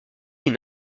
une